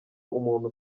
umuntu